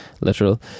Literal